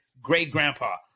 great-grandpa